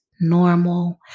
normal